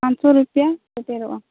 ᱯᱟᱱᱥᱚ ᱨᱩᱯᱤᱭᱟ ᱥᱮᱴᱮᱨᱚᱜᱼᱟ